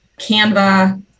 Canva